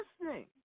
listening